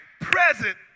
present